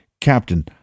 Captain